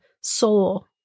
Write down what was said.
soul